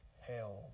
hell